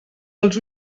els